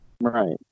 right